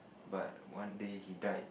but one day he died